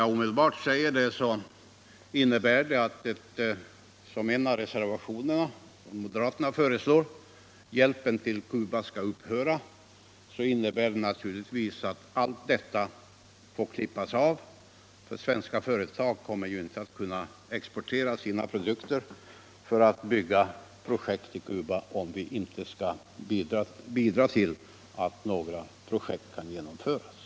Om därför hjälpen till Cuba upphör - som föreslås i en moderat reservation — så innebär det att denna export från Sverige klipps av. Svenska företag kommer inte att kunna exportera sina produkter avseende byggnadsprojekt på Cuba, om vi inte bidrar till att de projekten kan genomföras.